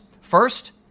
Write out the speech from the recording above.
First